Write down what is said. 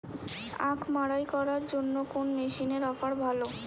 আখ মাড়াই করার জন্য কোন মেশিনের অফার ভালো?